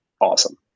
awesome